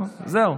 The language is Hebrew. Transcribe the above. נו, זהו.